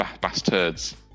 Bastards